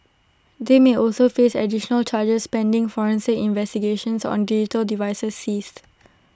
they may also face additional charges pending forensic investigations on digital devices seized